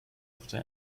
after